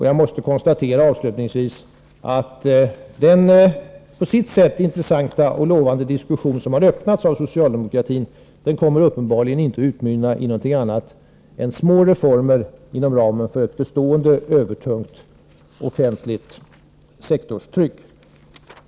Jag måste avslutningsvis konstatera att den på sitt sätt intressanta och lovande diskussion som har öppnats av socialdemokratin uppenbarligen inte kommer att utmynna i någonting annat än små reformer inom ramen för ett bestående, övertungt tryck från den offentliga sektorn.